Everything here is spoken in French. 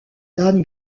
dan